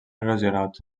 erosionat